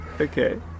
okay